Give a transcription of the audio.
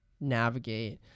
navigate